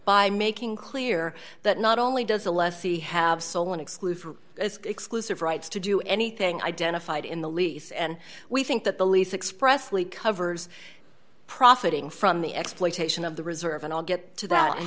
by making clear that not only does the lessee have sole and exclusive as exclusive rights to do anything identified in the lease and we think that the lease expressly covers profiting from the exploitation of the reserve and i'll get to that